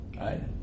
right